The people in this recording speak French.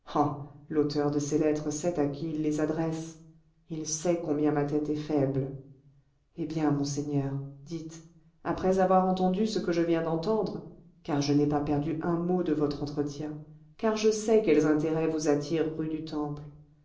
l'auteur de ces lettres sait à qui il les adresse il sait combien ma tête est faible eh bien monseigneur dites après avoir entendu ce que je viens d'entendre car je n'ai pas perdu un mot de votre entretien car je sais quels intérêts vous attirent rue du temple